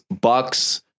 bucks